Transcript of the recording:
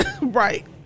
Right